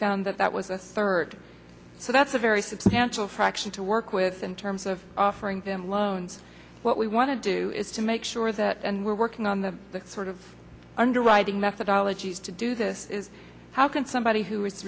found that that was a third so that's a very substantial fraction to work with in terms of offering them loans what we want to do is to make sure that and we're working on the sort of underwriting methodology is to do this is how can somebody who